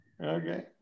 Okay